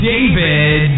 David